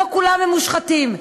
לא כולם מושחתים.